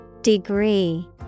Degree